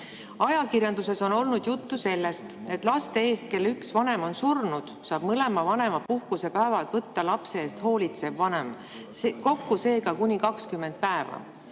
Ajakirjanduses on olnud juttu sellest, et laste eest, kelle üks vanem on surnud, saab mõlema vanema puhkusepäevad võtta lapse eest hoolitsev vanem, kokku seega kuni 20 päeva.